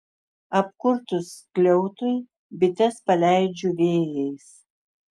apkurtus skliautui bites paleidžiu vėjais